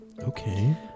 Okay